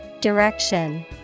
direction